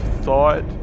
thought